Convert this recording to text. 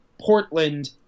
Portland